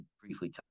briefly